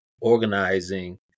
organizing